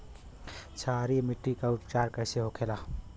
क्षारीय मिट्टी का उपचार कैसे होखे ला?